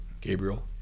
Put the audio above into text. Gabriel